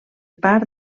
part